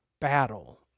battle